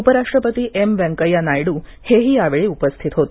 उपराष्ट्रपती एम व्यंकय्या नायडू हेही यावेळी उपस्थित होते